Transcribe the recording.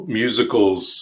musicals